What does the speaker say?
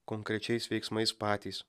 konkrečiais veiksmais patys